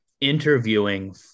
interviewing